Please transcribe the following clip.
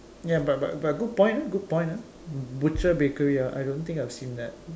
ya but but but good point ah good point ah butcher bakery ah I don't think I've seen that